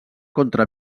contra